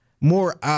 more